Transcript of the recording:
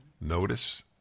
Notice